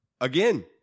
Again